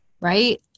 right